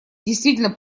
действительно